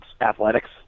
athletics